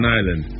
Island